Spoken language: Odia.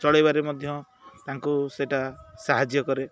ଚଳେଇବାରେ ମଧ୍ୟ ତାଙ୍କୁ ସେଇଟା ସାହାଯ୍ୟ କରେ